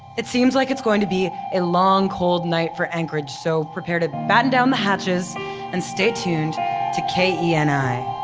it seems like it's going to be a long cold night for anchorage, so prepare to batten down the hatches and stay tuned to keni. yeah five.